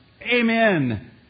amen